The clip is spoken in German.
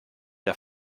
der